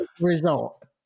result